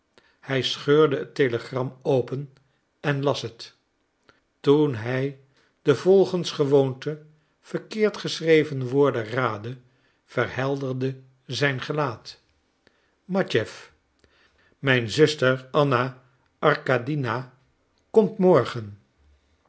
hij scheurde het telegram open en las het toen hij de volgens gewoonte verkeerd geschreven woorden raadde verhelderde zijn gelaat matjeff mijn zuster anna arkadiewna komt morgen